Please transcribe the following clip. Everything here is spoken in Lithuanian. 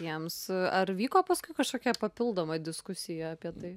jiems ar vyko paskui kažkokia papildoma diskusija apie tai